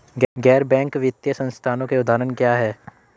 गैर बैंक वित्तीय संस्थानों के उदाहरण क्या हैं?